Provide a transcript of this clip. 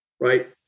right